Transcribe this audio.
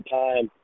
time